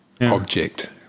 object